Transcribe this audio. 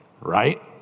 right